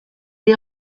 est